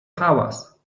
hałas